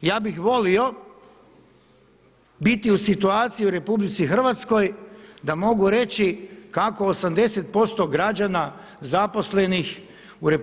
Ja bih volio biti u situaciji u RH da mogu reći kako 80% građana zaposlenih u RH